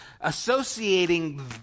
associating